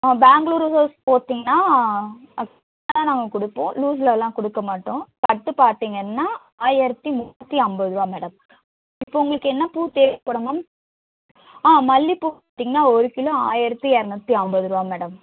ஆ Bangalore rose போத்தீங்கன்னா நாங்கள் கொடுப்போம் லூஸ்லலாம் கொடுக்க மாட்டோம் கட்டு பார்த்தீங்கன்னா ஆயிரத்தி முந்நூற்றி ஐம்பதுருவா மேடம் இப்போது உங்களுக்கு என்ன பூ தேவைப்படும் மேம் ஆ மல்லிகைப்பூ பார்த்தீங்கன்னா ஒரு கிலோ ஆயிரத்தி இரநூத்தி ஐம்பதுருவா மேடம்